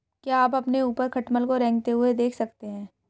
क्या आप अपने ऊपर खटमल को रेंगते हुए देख सकते हैं?